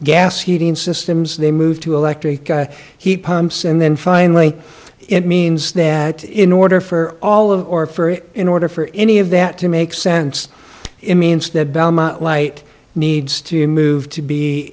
gas heating systems they move to electric heat pumps and then finally it means that in order for all of or for it in order for any of that to make sense it means that belmont light needs to move to be